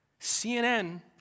CNN